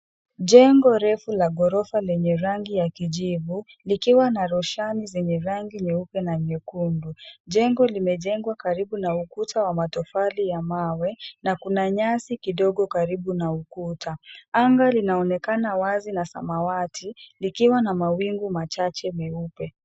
Jengo refu la ghorofa lenye rangi ya kijivu, likiwa na roshani zenye rangi nyeupe na nyekundu. Jengo limejengwa karibu na ukuta wa matofali ya mawe, na kuna nyasi kidogo karibu na ukuta. Anga linaonekana wazi na samawati, likiwa na mawingu machache meupe.